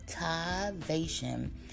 Motivation